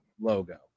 logo